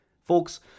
Folks